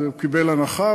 אז הוא קיבל הנחה?